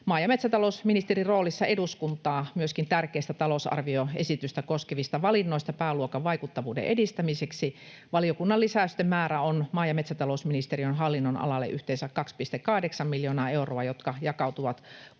maa‑ ja metsätalousministerin roolissa eduskuntaa myöskin tärkeistä talousarvioesitystä koskevista valinnoista pääluokan vaikuttavuuden edistämiseksi. Valiokunnan lisäysten määrä on maa‑ ja metsätalousministeriön hallinnonalalle yhteensä 2,8 miljoonaa euroa, jotka jakautuvat 16 eri